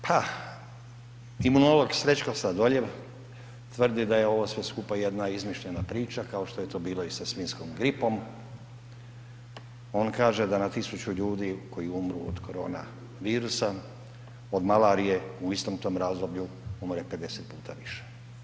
Pa, imunolog Srećko Sladoljev tvrdi da je ovo sve skupa jedna izmišljena priča kao što je to bilo i sa svinjskom gripom, on kaže da na 1000 ljudi koji umru od korona virusa, od malarije u istom tom razdoblju umre 50 puta više.